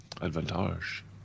advantage